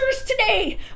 today